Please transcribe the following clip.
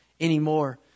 anymore